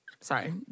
Sorry